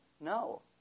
No